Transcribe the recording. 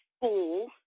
school